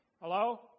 Hello